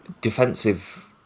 defensive